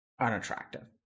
unattractive